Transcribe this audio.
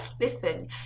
listen